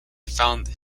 found